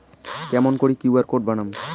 কেমন করি QR code বানাম?